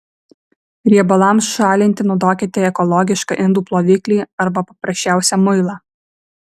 riebalams šalinti naudokite ekologišką indų ploviklį arba paprasčiausią muilą